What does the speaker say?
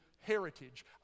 heritage